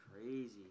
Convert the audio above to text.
crazy